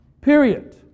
Period